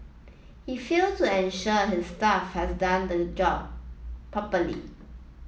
he failed to ensure his staff has done the job properly